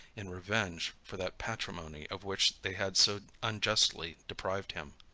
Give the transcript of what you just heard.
in revenge for that patrimony of which they had so unjustly deprived him.